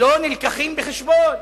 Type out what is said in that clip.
לא מובאים בחשבון.